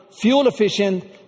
fuel-efficient